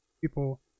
People